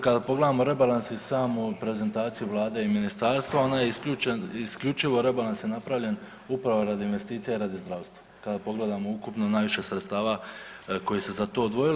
Kada pogledamo rebalans i samu prezentaciju Vlade i ministarstva ono je isključivo rebalans je napravljen upravo radi investicija i radi zdravstva kada pogledamo ukupno najviše sredstava koji su se za to odvojili.